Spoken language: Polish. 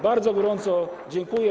Bardzo gorąco dziękuję.